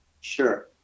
sure